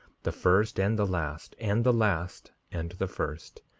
the first and the last and the last and the first,